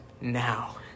now